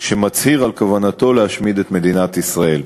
שמצהיר על כוונתו להשמיד את מדינת ישראל.